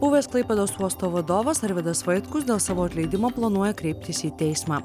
buvęs klaipėdos uosto vadovas arvydas vaitkus dėl savo atleidimo planuoja kreiptis į teismą